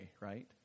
right